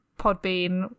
podbean